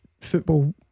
football